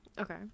Okay